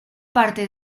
parte